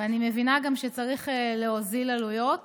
ואני מבינה גם שצריך להוזיל עלויות